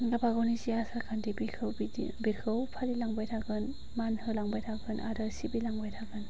गावबागावनि जे आसारखान्थि बेखौ फालिलांबाय थागोन मान होलांबाय थागोन आरो सिबिलांबाय थागोन